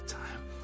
time